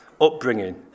upbringing